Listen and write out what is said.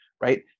right